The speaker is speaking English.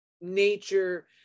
nature